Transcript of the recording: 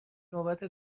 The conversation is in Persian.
نوبت